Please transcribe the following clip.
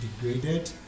degraded